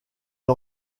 une